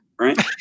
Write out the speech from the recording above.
Right